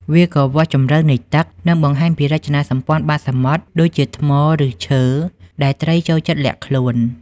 វាក៏អាចវាស់ជម្រៅនៃទឹក និងបង្ហាញពីរចនាសម្ព័ន្ធបាតសមុទ្រ ដូចជាថ្ម ឫសឈើ ដែលត្រីចូលចិត្តលាក់ខ្លួន។